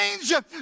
change